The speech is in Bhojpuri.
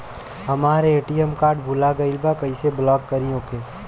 हमार ए.टी.एम कार्ड भूला गईल बा कईसे ब्लॉक करी ओके?